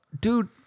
Dude